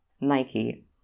Nike